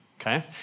okay